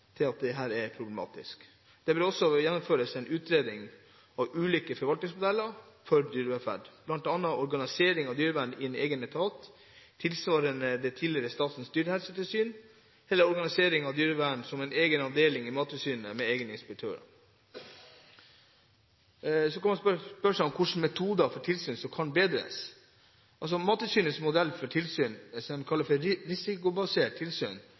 til at dette er problematisk. Det bør også gjennomføres en utredning av ulike forvaltningsmodeller for dyrevelferd, bl.a. organisering av dyrevern i en egen etat, tilsvarende det tidligere Statens dyrehelsetilsyn, eller organisering av dyrevern som en egen avdeling i Mattilsynet med egne inspektører. Så kan man spørre seg hvilke metoder for tilsyn som kan bedres. Mattilsynets modell for tilsyn, det man kaller for risikobasert tilsyn,